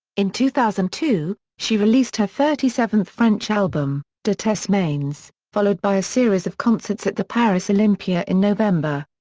in two thousand and two, she released her thirty-seventh french album de tes mains, followed by a series of concerts at the paris olympia in november.